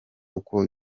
uko